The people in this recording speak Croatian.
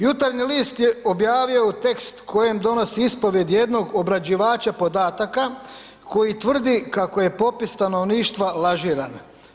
Jutarnji list je objavio tekst u kojem donosi ispovijed jednog obrađivača podataka koji tvrdi kako je popis stanovništva lažiran.